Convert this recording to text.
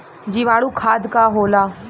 जीवाणु खाद का होला?